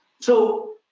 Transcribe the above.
So-